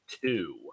two